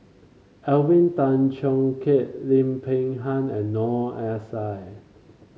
Alvin Tan Cheong Kheng Lim Peng Han and Noor S I